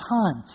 time